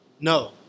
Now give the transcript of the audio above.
No